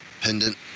pendant